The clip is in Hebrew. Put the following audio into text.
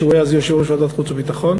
שהוא היה אז יושב-ראש ועדת החוץ והביטחון,